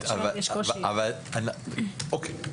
אוקיי.